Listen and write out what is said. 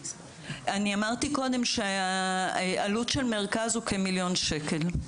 אמרתי קודם שעלות של מרכז הוא כמיליון שקלים.